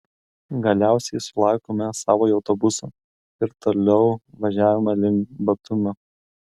galiausiai sulaukėme savojo autobuso ir toliau važiavome link batumio